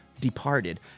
Departed